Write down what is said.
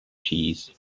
cheese